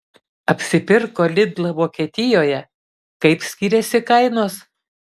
apsipirko lidl vokietijoje kaip skiriasi kainos